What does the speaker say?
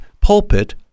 pulpit